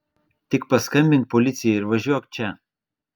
tik paskambink policijai ir važiuok čia